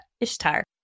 Ishtar